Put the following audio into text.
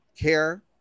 care